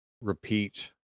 repeat